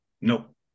nope